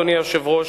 אדוני היושב-ראש,